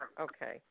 Okay